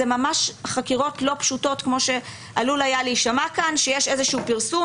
זה ממש חקירות לא פשוטות כמו שעלול היה להישמע כאן שיש איזשהו פרסום,